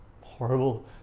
Horrible